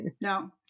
no